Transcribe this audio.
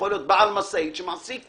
משאית שמעסיק